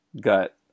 gut